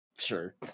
sure